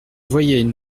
voyaient